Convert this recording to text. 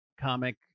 comic